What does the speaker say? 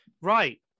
Right